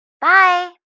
bye